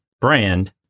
Brand